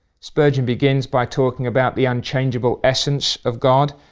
spurgeon begins by talking about the unchangeable essence of god,